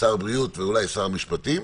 שר הבריאות ואולי שר המשפטים,